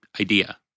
idea